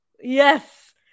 yes